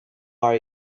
are